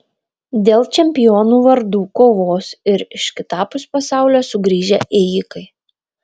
dėl čempionų vardų kovos ir iš kitapus pasaulio sugrįžę ėjikai